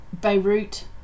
Beirut